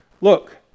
look